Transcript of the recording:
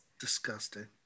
Disgusting